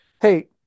hey